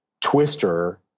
Twister